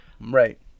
Right